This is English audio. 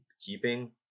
keeping